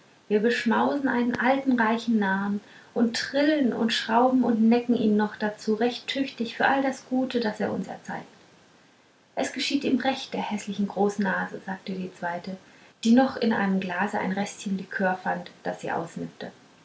wir beschmausen einen alten reichen narren und trillen und schrauben und necken ihn noch dazu recht tüchtig für all das gute das er uns erzeigt es geschieht ihm recht der häßlichen großnase sagte die zweite die noch in einem glase ein restchen likör fand das sie ausnippte